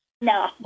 No